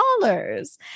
dollars